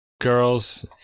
girls